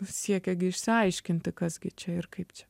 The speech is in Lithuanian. siekia gi išsiaiškinti kas gi čia ir kaip čia